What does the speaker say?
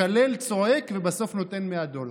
מקלל, צועק ובסוף נותן 100 דולר.